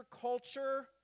culture